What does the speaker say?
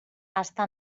està